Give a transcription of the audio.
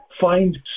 find